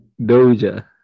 Doja